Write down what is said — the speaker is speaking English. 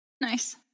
nice